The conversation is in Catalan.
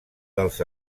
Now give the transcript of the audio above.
dels